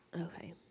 Okay